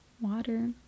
water